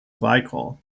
glycol